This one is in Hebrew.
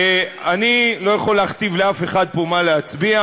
אני לא יכול להכתיב לאף אחד פה מה להצביע.